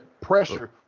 pressure